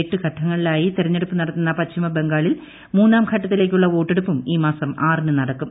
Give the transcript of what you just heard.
എട്ട് എ ഘട്ടങ്ങളിലായി തെരൂഞ്ഞ്ടുപ്പ് നടത്തുന്ന പശ്ചിമ ബംഗാളിൽ മൂന്നാംഘട്ടത്തിലേയ്ക്കുള്ളം വോട്ടെടുപ്പും ഈ മാസം ആറിന് നടക്കും